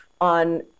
on